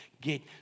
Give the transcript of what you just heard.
get